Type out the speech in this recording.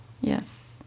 yes